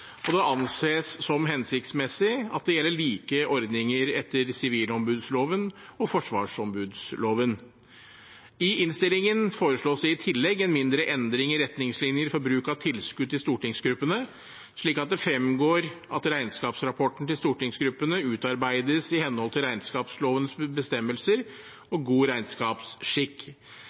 og det anses som hensiktsmessig at det gjelder like ordninger etter sivilombudsloven og forsvarsombudsloven. I innstillingen foreslås det i tillegg en mindre endring i retningslinjer for bruk av tilskudd til stortingsgruppene, slik at det fremgår at regnskapsrapporten til stortingsgruppene utarbeides i henhold til regnskapslovens bestemmelser og god regnskapsskikk.